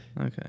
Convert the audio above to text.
Okay